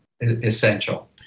essential